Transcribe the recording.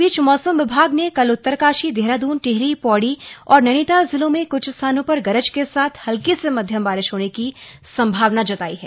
इस बीच मौसम विभाग ने कल उत्तरकाशी देहरादून टिहरी पौड़ी और नैनीताल जिलों में कुछ स्थानों पर गरज के साथ हल्की से मध्यम बारिश होने की संभावना जतायी है